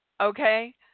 okay